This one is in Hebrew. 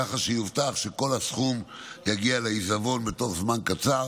ככה שיובטח שכל הסכום יגיע לעיזבון בתוך זמן קצר